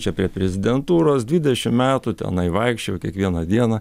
čia prie prezidentūros dvidešimt metų tenai vaikščiojau kiekvieną dieną